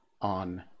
on